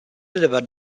deliver